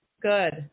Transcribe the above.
Good